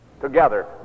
Together